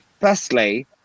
Firstly